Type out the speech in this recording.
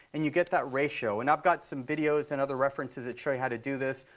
and you get that ratio. and i've got some videos and other references that show you how to do this.